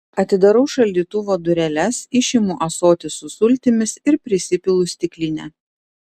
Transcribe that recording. atidarau šaldytuvo dureles išimu ąsotį su sultimis ir prisipilu stiklinę